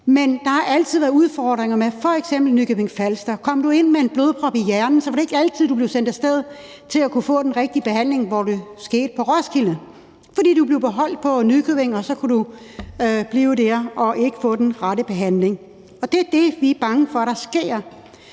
Men der har altid været udfordringer med f.eks. Nykøbing Falster. Kom du ind med en blodprop i hjernen, så var det ikke altid, at du blev sendt af sted for at få den rette behandling på Roskilde, fordi de beholdt dig på Nykøbing, og så kunne du blive der og ikke få den rette behandling. Det er det, vi er bange for sker.